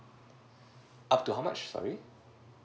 up to how much sorry